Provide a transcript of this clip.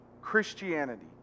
Christianity